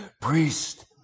priest